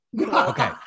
Okay